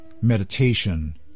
meditation